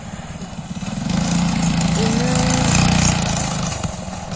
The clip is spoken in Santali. ᱤᱱᱟᱹ